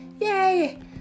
yay